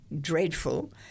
dreadful